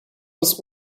bis